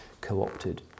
co-opted